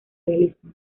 realismo